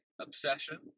obsession